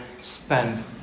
spend